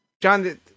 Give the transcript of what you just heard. John